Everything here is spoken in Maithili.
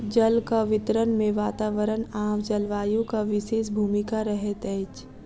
जलक वितरण मे वातावरण आ जलवायुक विशेष भूमिका रहैत अछि